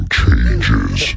changes